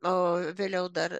o vėliau dar